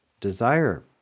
desire